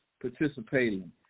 participating